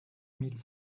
mille